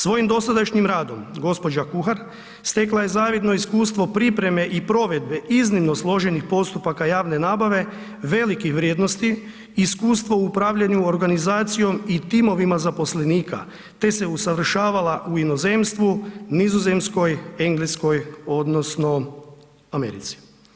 Svojim dosadašnjim radom gđa. Kuhar stekla je zavidno iskustvo pripreme i provedbe iznimno složenih postupaka javne nabave velikih vrijednosti, iskustvo u upravljaju organizacijom i timovima zaposlenika te se usavršavala u inozemstvu, Nizozemskoj, Engleskoj odnosno Americi.